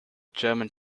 german